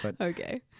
Okay